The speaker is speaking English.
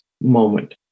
moment